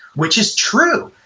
which is true,